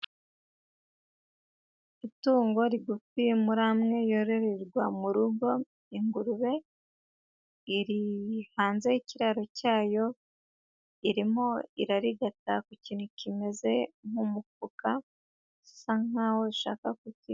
Itungo rigufi muri amwe yororerwa mu rugo ingurube, iri hanze y'ikiraro cyayo irimo irarigata ku kintu kimeze nk'umufuka, isa nkaho ishaka ku kirya.